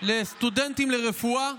לסטודנטים לרפואה,